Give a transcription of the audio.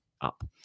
up